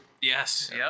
Yes